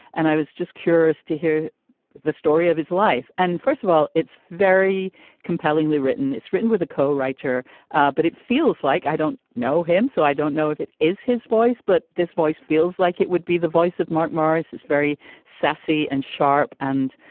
and i was just curious to hear the story of his life. and first of all it's very compellingly written it's written with a co-writer but it feels like i don't know him so i don't know if that is his voice but this voice feels like it would be the voice of mark morris is very sassy and sharp and